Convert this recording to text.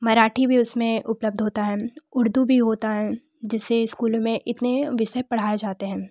मराठी भी उसमें उपलब्ध होता है उर्दू भी होता है जिससे स्कूलों में इतने विषय पढ़ाए जाते हैं